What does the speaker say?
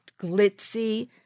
glitzy